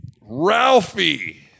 Ralphie